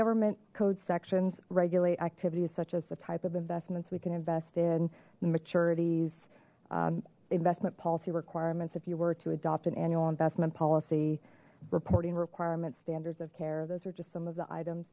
government code sections regulate activities such as the type of investments we can invest in maturities investment policy requirements if you were to adopt an annual investment policy reporting requirement standards of care those are just some of the items